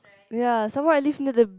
ya some more I live near the